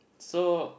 so